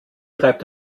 reibt